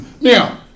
Now